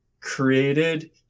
created